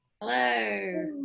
Hello